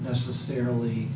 necessarily